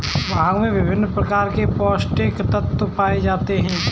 भांग में विभिन्न प्रकार के पौस्टिक तत्त्व पाए जाते हैं